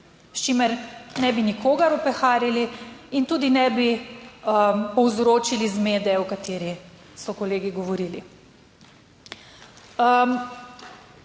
s čimer ne bi nikogar opeharili in tudi ne bi povzročili zmede, o kateri so kolegi govorili.